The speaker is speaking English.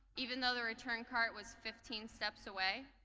even though the return cart was fifteen steps away?